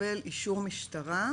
לקבל אישור משטרה,